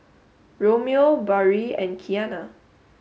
Romeo Barrie and Qiana